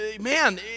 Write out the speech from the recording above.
Man